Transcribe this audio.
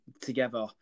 together